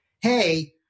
hey